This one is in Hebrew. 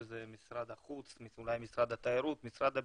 שזה משרד החוץ ואולי משרד התיירות ומשרד הבריאות: